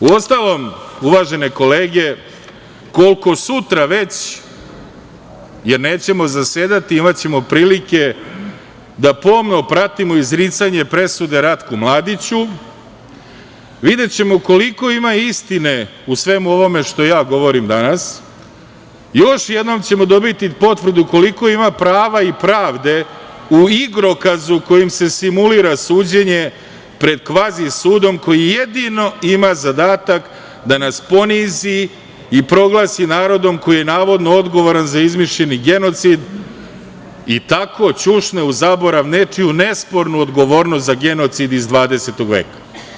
Uostalom, uvažene kolege, koliko sutra već jer nećemo zasedati, imaćemo prilike da pomno pratimo izricanje presude Ratku Mladiću, videćemo koliko ima istine u svemu ovome što ja govorim danas, još jednom ćemo dobiti potvrdu koliko ima prava i pravde u igrokazu kojim se simulira suđenje pred kvazi sudom koji jedino ima zadatak da nas ponizi i proglasi narodom koji je navodno odgovoran za izmišljeni genocid i tako ćušne u zaborav nečiju nespornu odgovornost za genocid iz 20. veka.